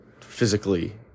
physically